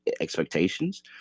expectations